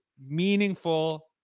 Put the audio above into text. meaningful